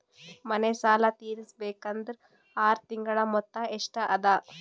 ಮನೆ ಸಾಲ ತೀರಸಬೇಕಾದರ್ ಆರ ತಿಂಗಳ ಮೊತ್ತ ಎಷ್ಟ ಅದ?